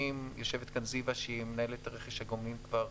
יושבת כאן תת-אלוף במילואים זיוה שהיא מנהלת רכש הגומלין כבר